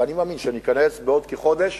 ואני מאמין שניכנס בעוד כחודש